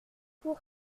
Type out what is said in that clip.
pour